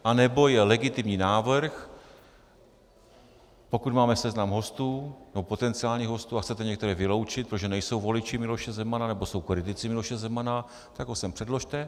Anebo je legitimní návrh, pokud máme seznam hostů, nebo potenciálních hostů, a chcete některé vyloučit, protože nejsou voliči Miloše Zemana nebo jsou kritici Miloše Zemana, tak ho sem předložte.